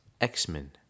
x-men